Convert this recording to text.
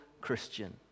Christian